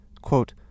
quote